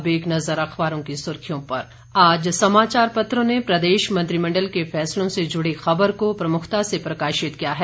अब एक नज़र अखबारों की सुर्खियों पर आज समाचार पत्रों ने प्रदेश मंत्रिमंडल के फैसलों से जुड़ी खबर को प्रमुखता से प्रकाशित किया है